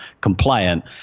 compliant